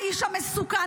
האיש המסוכן,